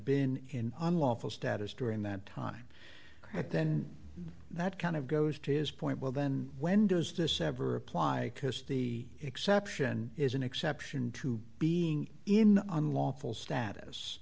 been in unlawful status during that time but then that kind of goes to his point well then when does this ever apply because the exception is an exception to being in unlawful status